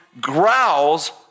growls